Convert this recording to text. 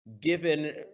given